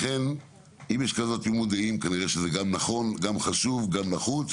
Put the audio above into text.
לכן, כנראה שזה גם נכון, גם חשוב וגם נחוץ.